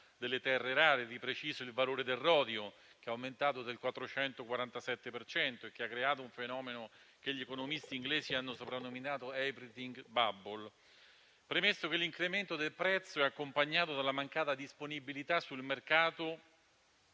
delle terre rare. Di preciso, il valore del rodio è aumentato del 447 per cento e ciò ha creato un fenomeno che gli economisti inglesi hanno soprannominato *everything* *bubble*. Premesso che l'incremento del prezzo è accompagnato dalla mancata disponibilità sul mercato,